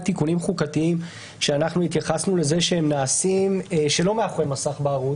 תיקונים חוקתיים שהתייחסנו לכך שהם נעשים שלא מאחורי מסך בערות